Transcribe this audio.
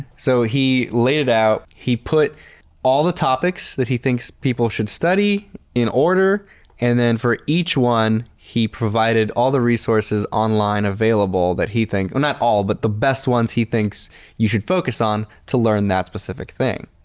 so, he laid it out, he put all the topics that he thinks people should study in order and then for each one, he provided all the resources online available that he thinks not all, but the best ones he thinks you should focus on to learn that specific thing.